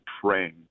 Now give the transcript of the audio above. praying